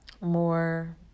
more